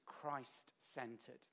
Christ-centered